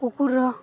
କୁକୁରର